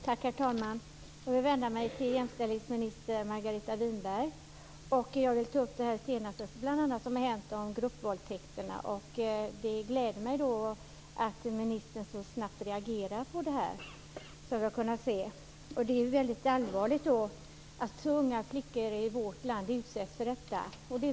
Herr talman! Jag vill vända mig till jämställdhetsminister Margareta Winberg och ta upp det senaste som har hänt i fråga om gruppvåldtäkter. Det gläder mig att ministern så snabbt reagerat på dessa. Det är väldigt allvarligt att så unga flickor i vårt land utsätts för gruppvåldtäkter.